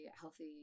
healthy